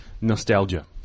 Nostalgia